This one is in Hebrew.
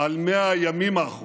על 100 הימים האחרונים.